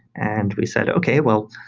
and we said, okay. well,